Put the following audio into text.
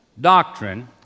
doctrine